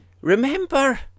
remember